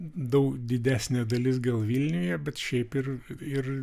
daug didesnė dalis gal vilniuje bet šiaip ir ir